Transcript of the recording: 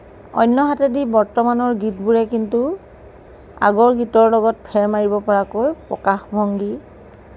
অন্যহাতেদি বৰ্তমানৰ গীতবোৰে কিন্তু আগৰ গীতৰ লগত ফেৰ মাৰিব পৰাকৈ প্ৰকাশভংগী